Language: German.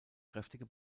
kräftige